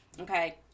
okay